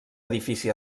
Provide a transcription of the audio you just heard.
edifici